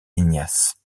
ignace